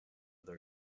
their